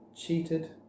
cheated